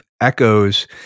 echoes